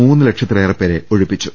മൂന്ന് ലക്ഷത്തിലേറെപ്പേരെ ഒഴിപ്പിച്ചു